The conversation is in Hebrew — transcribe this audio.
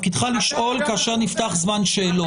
תפקידך לשאול כאשר נפתח זמן שאלות.